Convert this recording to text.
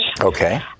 Okay